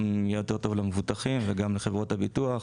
ויהיה יותר טוב למבוטחים ולחברות הביטוח,